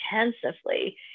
intensively